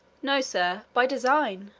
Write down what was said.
no, sir, by design,